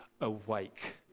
awake